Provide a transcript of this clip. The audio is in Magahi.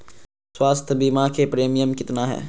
स्वास्थ बीमा के प्रिमियम कितना है?